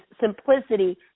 simplicity